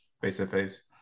face-to-face